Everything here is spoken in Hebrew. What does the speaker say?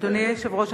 אדוני היושב-ראש,